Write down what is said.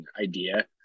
idea